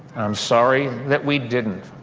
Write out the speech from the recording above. i'm sorry that we didn't.